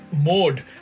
mode